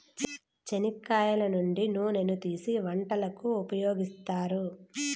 చెనిక్కాయల నుంచి నూనెను తీసీ వంటలకు ఉపయోగిత్తారు